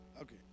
Okay